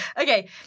Okay